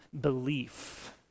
belief